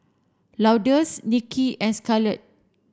Lourdes Nikki and Scarlet